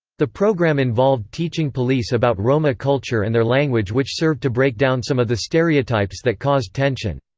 the programme involved teaching police about roma culture and their language which served to break down some of the stereotypes that caused tension.